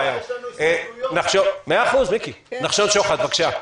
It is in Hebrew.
נחשון שוחט, בבקשה.